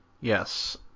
yes